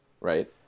right